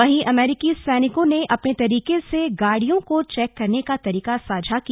वहीं अमेरिकी सैनिको ने अपने तरीके से गाड़ियों को चौक करने का तरीका साझा किया